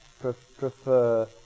prefer